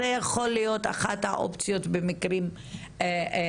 זו יכולה להיות אחת האופציות במקרים מסוימים,